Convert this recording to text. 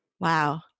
Wow